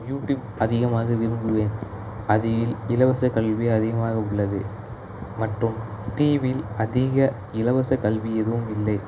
YouTube அதிகமாக விரும்புவேன் அதில் இலவசக் கல்வி அதிகமாக உள்ளது மற்றும் டிவியில் அதிக இலவசக்கல்வி எதுவும் இல்லை